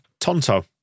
Tonto